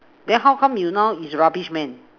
then how come you now is rubbish man